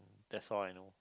that's all I know